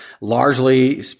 Largely